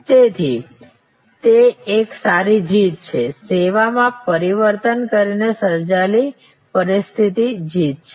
તેથી તે એક સારી જીત છે સેવામાં પરિવર્તન કરીને સર્જાયેલી પરિસ્થિતિ જીતી છે